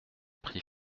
prix